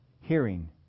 hearing